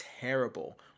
terrible